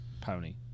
pony